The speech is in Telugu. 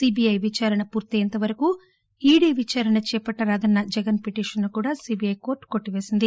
సీబీఐ విచారణ పూర్తయ్యేంతవరకు ఈడీ విచారణ చేపట్టరాదన్న జగన్ పిటిషన్ను కూడా సీబీఐ కోర్లు కొట్టిపేసింది